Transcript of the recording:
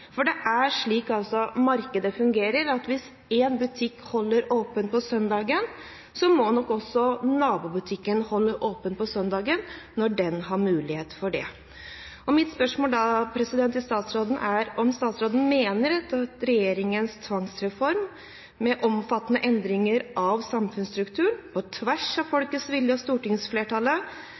for det er slik markedet fungerer, at hvis én butikk holder åpent på søndagen, så må nok også nabobutikken holde åpent på søndagen, når den har mulighet for det. Mitt spørsmål til statsråden er om statsråden mener at regjeringens tvangsreform, med omfattende endringer av samfunnsstrukturen på tvers av folkets vilje og stortingsflertallet